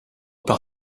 par